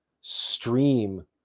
stream